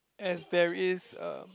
as there is uh